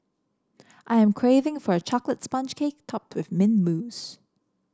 I am craving for a chocolate sponge cake topped with mint mousse